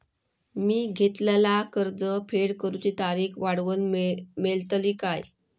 मी घेतलाला कर्ज फेड करूची तारिक वाढवन मेलतली काय?